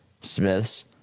Smith's